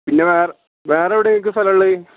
പിന്നെ വേറെ വേറെ എവിടെയാണ് നിങ്ങൾക്ക് സ്ഥലം ഉള്ളത്